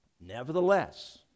Nevertheless